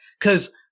cause